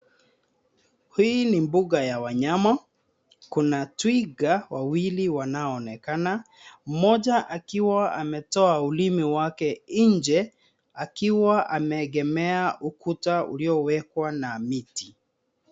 Hii ni mbuga ya wanyama. Kuna twiga wawili wanaoonekana. Mmoja akiwa ametoa ulimi wake nje akiwa ameegemea ukuta uliowekwa na miti.